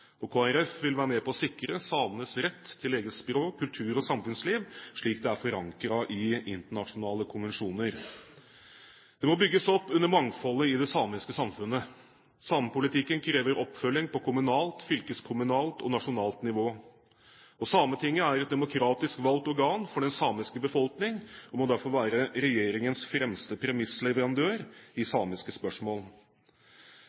Kristelig Folkeparti vil være med på å sikre samenes rett til eget språk, kultur og samfunnsliv slik det er forankret i internasjonale konvensjoner. Det må bygges opp under mangfoldet i det samiske samfunnet. Samepolitikken krever oppfølging på kommunalt, fylkeskommunalt og nasjonalt nivå. Sametinget er et demokratisk valgt organ for den samiske befolkning og må derfor være regjeringens fremste premissleverandør i